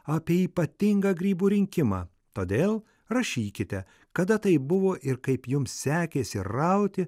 apie ypatingą grybų rinkimą todėl rašykite kada tai buvo ir kaip jums sekėsi rauti